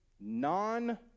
non